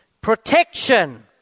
protection